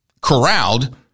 corralled